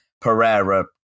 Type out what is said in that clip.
Pereira